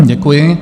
Děkuji.